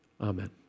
Amen